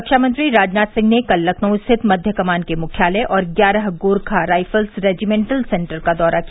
रक्षा मंत्री राजनाथ सिंह ने कल लखनऊ स्थित मध्य कमान के मुख्यालय और ग्यारह गोरखा राईफल्स रेजिमेन्टल सेन्टर का दौरा किया